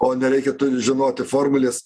o nereikia tu žinoti formulės